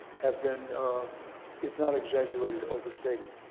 have been if not exaggerated overstated.